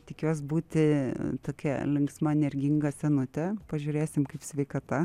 tikiuos būti tokia linksma energinga senutė pažiūrėsim kaip sveikata